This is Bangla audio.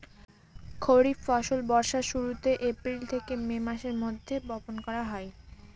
খরিফ ফসল বর্ষার শুরুতে, এপ্রিল থেকে মে মাসের মধ্যে, বপন করা হয়